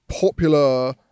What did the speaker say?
popular